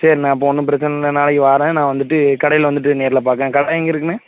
சேரிண்ண அப்போது ஒன்றும் பிரச்சனை இல்லை நாளைக்கு வாரேன் நான் வந்துட்டு கடையில் வந்துட்டு நேரில் பாக்கிறேன் கடை எங்கேருக்குண்ண